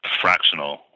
fractional